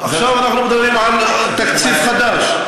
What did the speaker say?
עכשיו אנחנו מדברים על תקציב חדש,